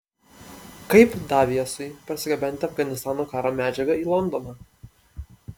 kaip daviesui parsigabenti afganistano karo medžiagą į londoną